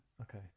Okay